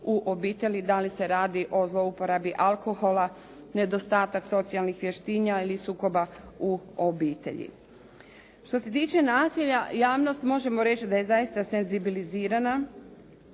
u obitelji. Da li se radi o zlouporabi alkohola, nedostatak socijalnih vještina ili sukoba u obitelji. Što se tiče nasilja javnost možemo reći da je zaista senzibilizirana.